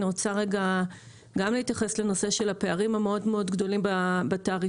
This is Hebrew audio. אני רוצה גם להתייחס לנושא של הפערים המאוד מאוד גדולים בתעריפים,